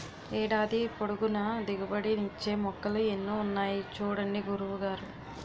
ఏడాది పొడుగునా దిగుబడి నిచ్చే మొక్కలు ఎన్నో ఉన్నాయి చూడండి గురువు గారు